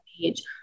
page